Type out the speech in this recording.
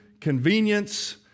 convenience